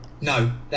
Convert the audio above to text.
No